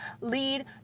lead